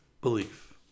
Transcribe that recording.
belief